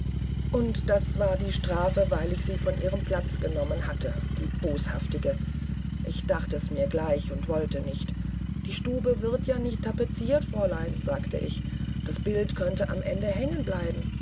und das war die strafe weil ich sie von ihrem platz genommen hatte die boshaftige ich dachte mir's gleich und wollte nicht die stube wird ja nicht tapeziert fräulein sagte ich das bild könnte am ende hängen bleiben